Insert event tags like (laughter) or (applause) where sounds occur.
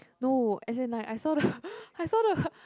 no as in like I saw the (laughs) I saw the (laughs)